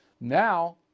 Now